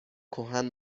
کهن